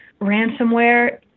ransomware